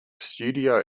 studio